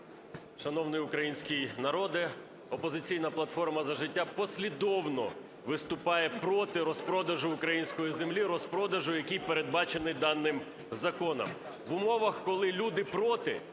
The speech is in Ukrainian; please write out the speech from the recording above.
Шановний український народе, "Опозиційна платформа - За життя" послідовно виступає проти розпродажу української землі, розпродажу, який передбачений даним законом.